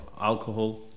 alcohol